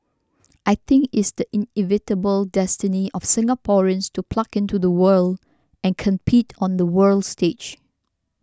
I think it's the inevitable destiny of Singaporeans to plug into the world and compete on the world stage